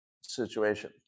situation